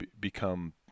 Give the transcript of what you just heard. become